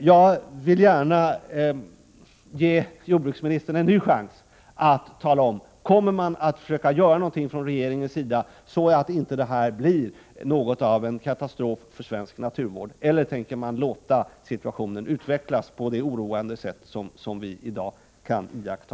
Jag vill gärna ge jordbruksministern en ny chans att ge besked om regeringen kommer att försöka göra någonting, så att det inte blir en katastrof för svensk naturvård. Eller tänker regeringen låta situationen utvecklas på det oroande sätt som vi i dag kan iaktta?